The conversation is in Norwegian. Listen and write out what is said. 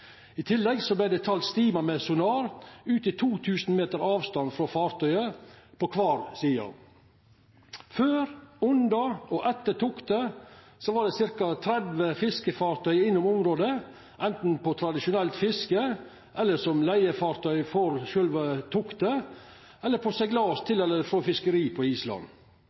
I tillegg vart det talt stimar med sonar ut til 2 000 meter avstand på kvar side av fartøyet. Før, under og etter toktet var det ca. 30 fiskefartøy innom området, anten på tradisjonelt fiske, som leigefartøy for sjølve toktet eller på seglas til eller frå fiskeri på Island.